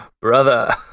Brother